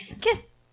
Kiss